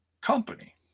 company